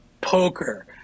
poker